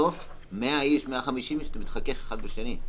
ובסוף 100 אנשים, 150 אנשים, אתה מתחכך אחד בשני.